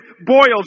boils